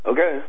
Okay